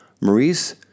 Maurice